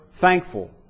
thankful